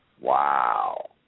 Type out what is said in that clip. Wow